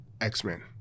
X-Men